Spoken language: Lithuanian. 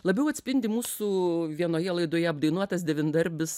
labiau atspindi mūsų vienoje laidoje apdainuotas devyndarbis